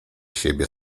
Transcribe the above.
siebie